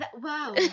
Wow